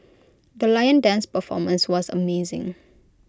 the lion dance performance was amazing